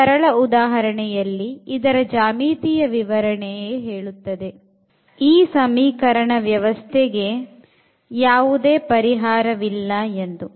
ಈ ಸರಳ ಉದಾಹರಣೆಯಲ್ಲಿ ಇದರ ಜ್ಯಾಮಿತಿಯ ವಿವರಣೆ ಯೇ ಹೇಳುತ್ತದೆ ಈ ಸಮೀಕರಣ ವ್ಯವಸ್ಥೆಗೆ ಯಾವುದೇ ಪರಿಹಾರವಿಲ್ಲ ಎಂದು